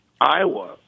Iowa